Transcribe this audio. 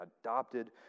adopted